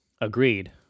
Agreed